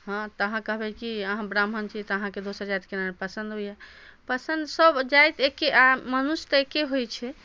हँ तऽ अहाँ कहबै कि अहाँ ब्राह्मण छी तऽ अहाँके दोसर जाति केना नहि पसन्द अबैया पसन्द सभ जाति एके आ मनुष तऽ एके होइ छै